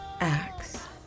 Acts